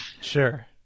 Sure